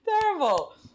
Terrible